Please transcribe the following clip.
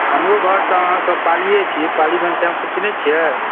हमरो घर तऽ अहाँके पालीए छी पाली घनश्यामपुर चिन्है छियै